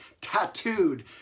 tattooed